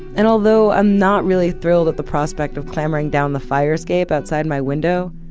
and although i'm not really thrilled of the prospect of climbing down the fire escape outside my window,